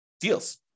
deals